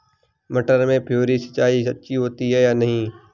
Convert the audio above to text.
मटर में फुहरी सिंचाई अच्छी होती है या नहीं?